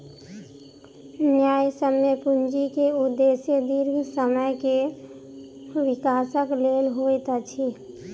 न्यायसम्य पूंजी के उदेश्य दीर्घ समय के विकासक लेल होइत अछि